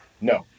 No